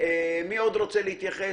מי עוד רוצה להתייחס?